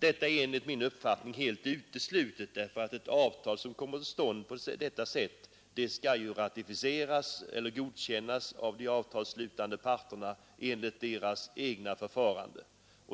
Detta är enligt min uppfattning helt uteslutet, därför att avtal som kommer till stånd på detta sätt skall ratificeras eller godkännas av de avtalsslutande parterna enligt deras egna förfaranden.